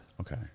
Okay